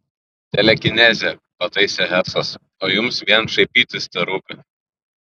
telekinezė pataisė hesas o jums vien šaipytis terūpi